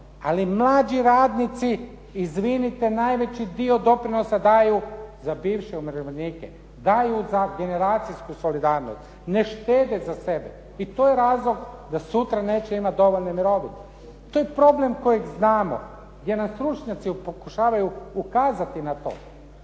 ali mlađi radnici, izvinite, najveći dio doprinosa daju za bivše umirovljenike. Daju za generacijsku solidarnost. Ne štede za sebe. I to je razlog da sutra neće imati dovoljne mirovine. To je problem kojeg znamo. Gdje nam stručnjaci pokušavaju ukazati na to.